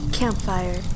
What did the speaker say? Campfire